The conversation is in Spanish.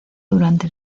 durante